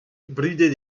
brudet